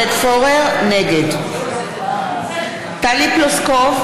נגד טלי פלוסקוב,